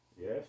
Yes